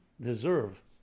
deserve